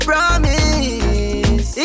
Promise